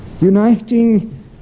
uniting